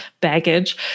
baggage